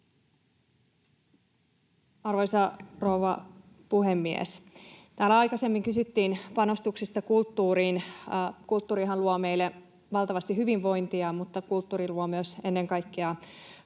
Arvoisa rouva puhemies! Täällä aikaisemmin kysyttiin panostuksista kulttuuriin. Kulttuurihan luo meille valtavasti hyvinvointia, mutta kulttuuri luo myös ennen kaikkea